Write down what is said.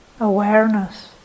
awareness